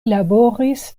laboris